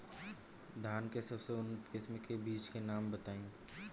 धान के सबसे उन्नत किस्म के बिज के नाम बताई?